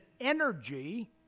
energy